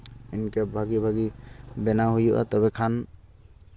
ᱤᱱᱠᱟᱹ ᱵᱷᱟᱜᱤ ᱵᱷᱟᱹᱜᱤ ᱵᱮᱱᱟᱣ ᱦᱩᱭᱩᱜᱼᱟ ᱛᱚᱵᱮ ᱠᱷᱟᱱ